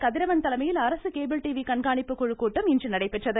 கதிரவன் தலைமையில் அரசு cable TV கண்காணிப்புக்குழுக் கூட்டம் இன்று நடைபெற்றது